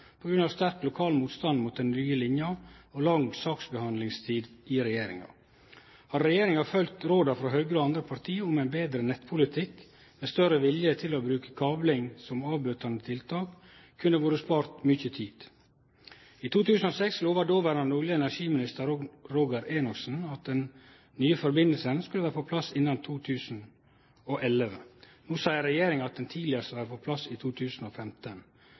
av sterk lokal motstand mot den nye linja og lang saksbehandlingstid i regjeringa. Hadde regjeringa følgt råda frå Høgre og andre parti om ein betre nettpolitikk, med større vilje til å bruke kabling som avbøtande tiltak, kunne det vore spart mykje tid. I 2006 lova dåverande olje- og energiminister, Odd Roger Enoksen, at det nye sambandet skulle vere på plass innan 2011. No seier regjeringa at det tidlegast vil vere på plass i 2015.